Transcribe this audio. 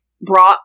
brought